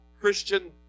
Christian